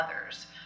others